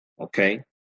okay